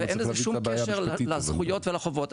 ואין לזה שום קשר לזכויות ולחובות.